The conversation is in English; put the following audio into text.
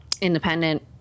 independent